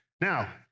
Now